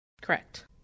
Correct